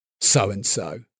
so-and-so